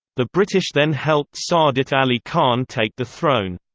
the british then helped saadat ali khan take the throne.